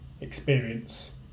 experience